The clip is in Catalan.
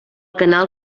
canal